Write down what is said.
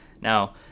Now